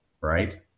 right